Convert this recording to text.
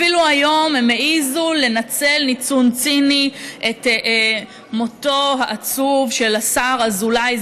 אפילו היום הם העזו לנצל ניצול ציני את מותו העצוב של השר אזולאי,